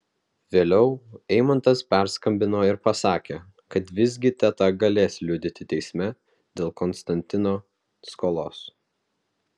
vėliau eimantas perskambino ir pasakė kad visgi teta galės liudyti teisme dėl konstantino skolos